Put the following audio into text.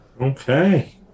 Okay